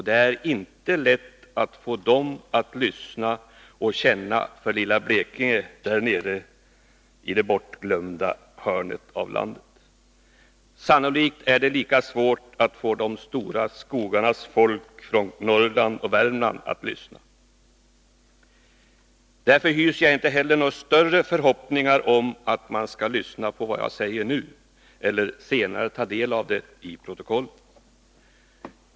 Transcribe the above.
Det är inte lätt att få dem att lyssna och känna för lilla Blekinge därnere i det bortglömda hörnet av landet. Sannolikt är det lika svårt att få de stora skogarnas folk från Norrland och Värmland att lyssna. Därför hyser jag inte heller några större förhoppningar om att många skall lyssna på vad jag nu säger eller senare ta del av det i protokollet.